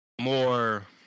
more